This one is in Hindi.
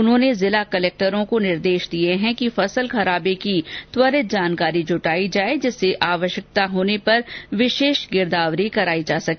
उन्होंने जिला कलेक्टरॉ को निर्देश दिए कि फसल खराबे की त्वरित जानकारी जुटाये जिससे आवश्यकता होने पर विशेष गिरदावरी कराई जा सके